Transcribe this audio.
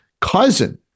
cousin